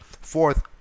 fourth